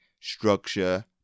structure